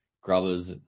grubbers